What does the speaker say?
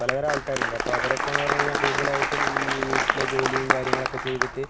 പലതരം ആൾക്കാരുണ്ട് അപ്പോൾ അവരൊക്കെ എന്ന് പറഞ്ഞു കഴിഞ്ഞാൽ കൂടുതലായിട്ടും ഈ വീട്ടിലെ ജോലിയും കാര്യങ്ങളൊക്കെ ചെയ്തിട്ട്